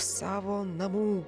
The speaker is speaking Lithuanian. savo namų